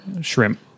shrimp